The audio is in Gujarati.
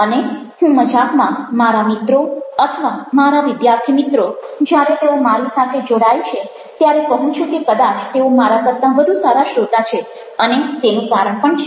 અને હું મજાકમાં મારા મિત્રો અથવા મારા વિદ્યાર્થીમિત્રો જ્યારે તેઓ મારી સાથે જોડાય છે ત્યારે કહું છું કે કદાચ તેઓ મારા કરતાં વધુ સારા શ્રોતા છે અને તેનું કારણ પણ છે